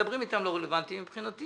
מדברים איתם לא רלוונטי מבחינתי.